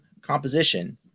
composition